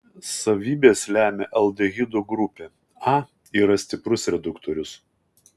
savybes lemia aldehido grupė a yra stiprus reduktorius